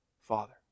father